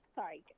Sorry